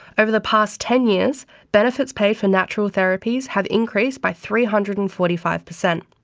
over the past ten years benefits paid for natural therapies have increased by three hundred and forty five per cent,